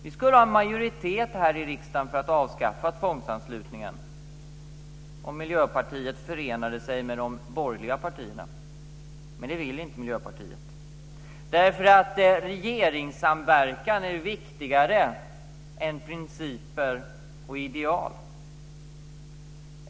Vi skulle ha en majoritet här i riksdagen för att avskaffa tvångsanslutningen om Miljöpartiet förenade sig med de borgerliga partierna. Men det vill inte Miljöpartiet, därför att samverkan med regeringen är viktigare än principer och ideal.